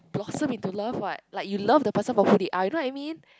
blossom into love what like you love the person for who they are you know what I mean